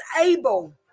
able